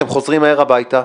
אתם חוזרים מהר הביתה?